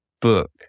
book